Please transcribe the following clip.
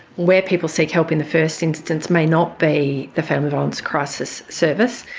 where people seek help in the first instance may not be the family violence crisis service,